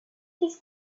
his